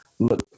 look